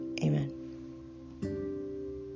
Amen